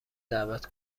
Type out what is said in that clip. دعوت